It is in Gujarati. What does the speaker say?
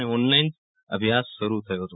અને ઓનલાઈન અભ્યાસ શરુ થયો હતો